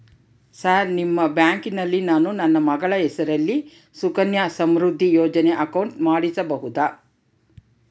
Sir ನಿಮ್ಮ ಬ್ಯಾಂಕಿನಲ್ಲಿ ನಾನು ನನ್ನ ಮಗಳ ಹೆಸರಲ್ಲಿ ಸುಕನ್ಯಾ ಸಮೃದ್ಧಿ ಯೋಜನೆ ಅಕೌಂಟ್ ಮಾಡಿಸಬಹುದಾ?